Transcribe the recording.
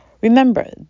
Remember